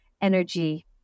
energy